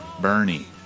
Bernie